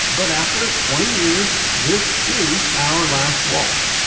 but after twenty years, this is our last waltz.